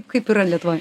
kaip yra lietuvoj